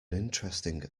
interesting